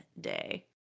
Day